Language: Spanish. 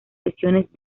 sesiones